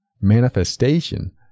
Manifestation